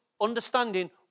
understanding